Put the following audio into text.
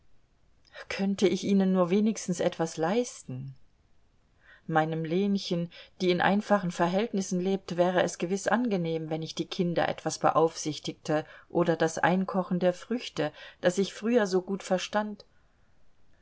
könnte ich ihnen nur wenigstens etwas leisten meinem lenchen die in einfachen verhältnissen lebt wäre es gewiß angenehm wenn ich die kinder etwas beaufsichtigte oder das einkochen der früchte das ich früher so gut verstand